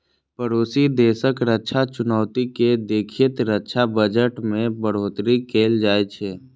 पड़ोसी देशक रक्षा चुनौती कें देखैत रक्षा बजट मे बढ़ोतरी कैल जाइ छै